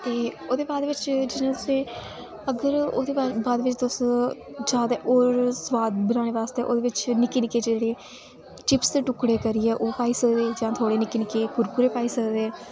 ते ओह्दे बाद बिच जि'यां तुसें अगर ओह्दे बाद बिच जादा होर सुआद बनाने आस्तै ओह्दे बिच निक्के निक्के जेह्ड़े चिप्स दे टुकड़े करियै ओह् पाई सकदे जां कोई निक्के निक्के कुरकुरे पाई सकदे